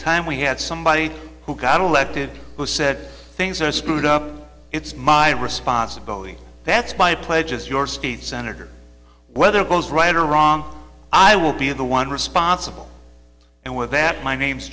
time we had somebody who got elected who said things are screwed up it's my responsibility that's my pledge as your state senator whether goes right or wrong i will be the one responsible and with that my name's